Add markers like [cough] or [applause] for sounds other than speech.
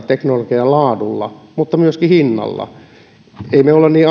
[unintelligible] teknologian laadulla mutta myöskin hinnalla emme me ole niin [unintelligible]